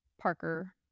Parker